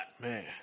man